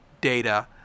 data